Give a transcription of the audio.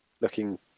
looking